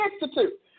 Institute